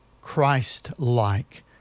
Christ-like